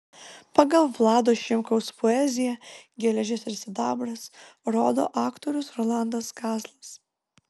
pagal vlado šimkaus poeziją geležis ir sidabras rodo aktorius rolandas kazlas